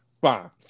fine